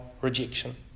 rejection